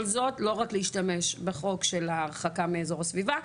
זאת לא רק להשתמש בחוק ההרחקה מהסביבה,